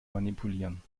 manipulieren